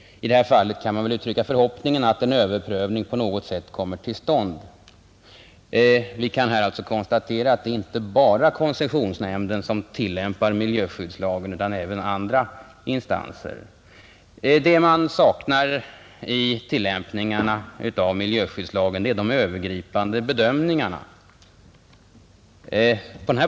I det här fallet kan man väl uttrycka förhoppningen att en överprövning på något sätt kommer till stånd. Vi kan alltså konstatera att det inte är bara koncessionsnämnden som tillämpar miljöskyddslagen utan även andra instanser. Det man saknar i tillämpningarna av miljöskyddslagen är de övergripande bedömningarna.